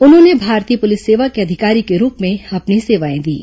उन्होंने भारतीय पुलिस सेवा के अधिकारी के रूप में अपनी सेवाएं दीं